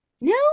No